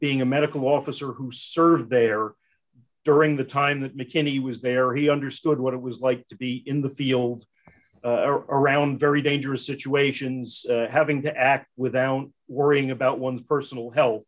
being a medical officer who served there during the time that mckinney was there he understood what it was like to be in the field around very dangerous situations having to act without worrying about one's personal health